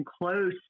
close